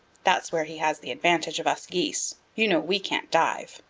that's where he has the advantage of us geese. you know we can't dive.